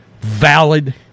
valid